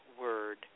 word